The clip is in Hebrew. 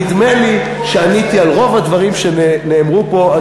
נדמה לי שעניתי על רוב הדברים שנאמרו פה.